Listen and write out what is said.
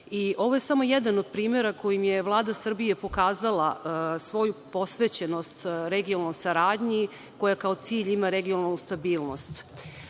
Ovo je samo jedan od primera kojim je Vlada Srbije pokazala svoju posvećenost regionalnoj saradnji koja kao cilj ima regionalnu stabilnost. Osnivanjem